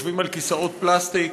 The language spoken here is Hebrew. יושבים על כיסאות פלסטיק,